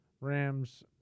Rams